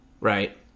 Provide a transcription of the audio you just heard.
right